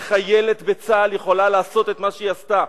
איך חיילת בצה"ל יכולה לעשות את מה שהיא עשתה,